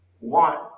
want